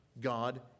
God